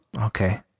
okay